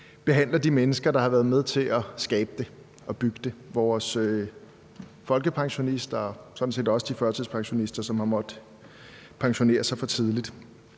behandler de mennesker, der har været med til at skabe og bygge det. Det er vores folkepensionister og sådan set også de førtidspensionister, som har måttet pensionere sig for tidligt.